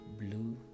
blue